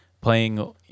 playing